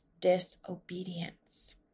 disobedience